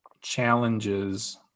challenges